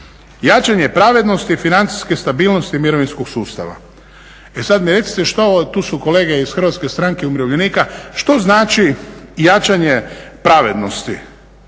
Jačanje pravednosti i financijske stabilnosti mirovinskog sustava. E sad mi recite što, tu su kolege iz HSU-a, što znači jačanje pravednosti